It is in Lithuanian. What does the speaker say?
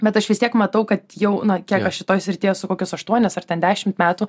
bet aš vis tiek matau kad jau na kelio šitoj srityje esu kokius aštuonis ar ten dešimt metų